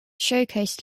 showcased